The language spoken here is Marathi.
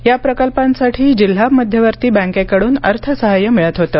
या प्रकल्पांसाठी जिल्हा मध्यवर्ती बँकेकडून अर्थसहाय्य मिळत होते